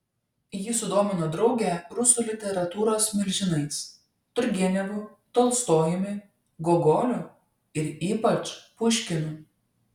ji sudomino draugę rusų literatūros milžinais turgenevu tolstojumi gogoliu ir ypač puškinu